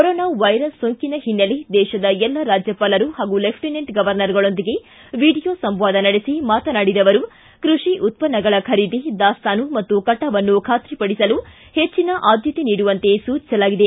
corona virus ಸೋಂಕಿನ ಹಿನ್ನೆಲೆ ದೇಶದ ಎಲ್ಲ ರಾಜ್ಯಪಾಲರು ಹಾಗೂ ಲೆಫ್ಲಿನೆಂಟ್ ಗೌರ್ನರ್ಗಳೊಂದಿಗೆ ವಿಡಿಯೋ ಸಂವಾದ ನಡೆಸಿ ಮಾತನಾಡಿದ ಅವರು ಕೃಷಿ ಉತ್ತನ್ನಗಳ ಖರೀದಿ ದಾಸ್ತಾನು ಮತ್ತು ಕಟಾವನ್ನು ಖಾತ್ರಿಪಡಿಸಲು ಹೆಜ್ಜಿನ ಆದ್ಗತೆ ನೀಡುವಂತೆ ಸೂಚಿಸಲಾಗಿದೆ